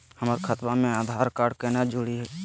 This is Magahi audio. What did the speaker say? हमर खतवा मे आधार कार्ड केना जुड़ी?